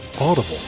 Audible